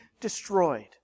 destroyed